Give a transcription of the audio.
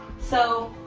so